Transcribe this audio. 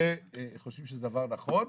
וחושבים שזה דבר נכון.